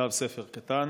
כתב ספר קטן